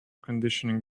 conditioning